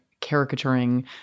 caricaturing